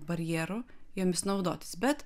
barjeru jomis naudotis bet